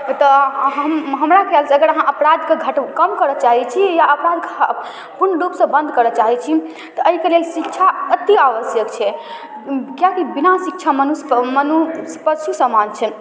एतऽ हम हमरा खिआलसँ अगर अहाँ अपराधके घट कम करऽ चाहै छी या अपराधके पूर्ण रूपसँ बन्द करऽ चाहै छी तऽ एहिके लेल शिक्षा अति आवश्यक छै कियाकि बिना शिक्षा मनुष्य मनुष्य पशु समान छै